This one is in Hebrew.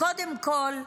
קודם כול,